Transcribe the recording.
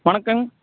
வணக்கங்க